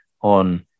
on